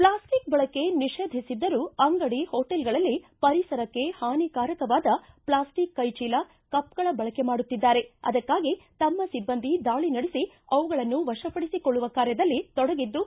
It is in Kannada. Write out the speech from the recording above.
ಪ್ಲಾಸ್ಟಿಕ್ ಬಳಕೆ ನಿಷೇಧಿಸಿದ್ದರೂ ಅಂಗಡಿ ಹೊಟೇಲ್ಗಳಲ್ಲಿ ಪರಿಸರಕ್ಕೆ ಹಾನಿಕಾರಕವಾದ ಪ್ಲಾಸ್ಟಿಕ್ ಕೈ ಚೀಲ ಕಪ್ಗಳ ಬಳಕೆ ಮಾಡುತ್ತಿದ್ದಾರೆ ಅದಕ್ಕಾಗಿ ತಮ್ಮ ಸಿಬ್ಬಂದಿ ದಾಳಿ ನಡೆಸಿ ಅವುಗಳನ್ನು ವಶಪಡಿಸಿಕೊಳ್ಳುವ ಕಾರ್ಯದಲ್ಲಿ ತೊಡಗಿದ್ದು